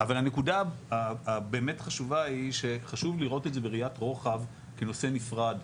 אבל הנקודה באמת החשובה היא שחשוב לראות את זה בראיית רוחב כנושא נפרד,